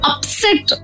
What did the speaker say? Upset